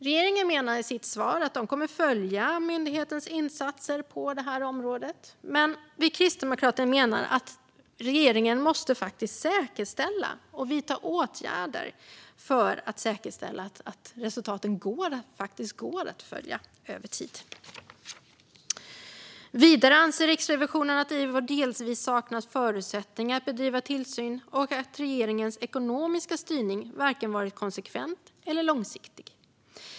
Regeringen menar i sitt svar att man kommer att följa myndighetens insatser på detta område. Men vi kristdemokrater menar att regeringen måste vidta åtgärder för att säkerställa att resultaten faktiskt går att följa över tid. Vidare anser Riksrevisionen att IVO delvis saknat förutsättningar att bedriva tillsyn och att regeringens ekonomiska styrning varken varit konsekvent eller långsiktig.